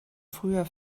früher